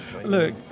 Look